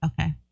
Okay